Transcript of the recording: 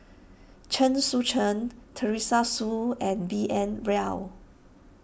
Chen Sucheng Teresa Hsu and B N Rao